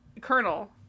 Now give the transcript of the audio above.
Colonel